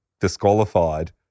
disqualified